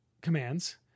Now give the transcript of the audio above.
commands